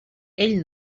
ell